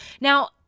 Now